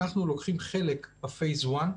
אנחנו לוקחים חלק בשלב הראשון.